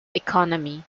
economy